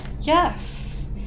Yes